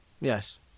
Yes